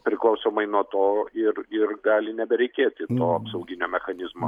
priklausomai nuo to ir ir gali nebereikėti to apsauginio mechanizmo